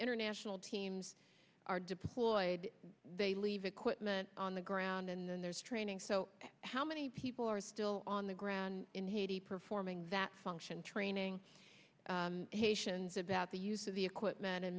international teams are deployed they leave equipment on the ground and then there's training so how many people are still on the ground in haiti performing that function training haitians about the use of the equipment and